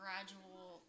Gradual